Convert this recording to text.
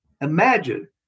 Imagine